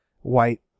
white